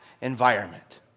environment